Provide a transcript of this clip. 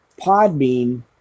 podbean